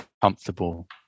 comfortable